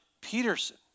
Peterson